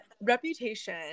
reputation